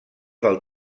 del